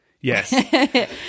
Yes